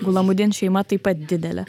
gulamudin šeima taip pat didelė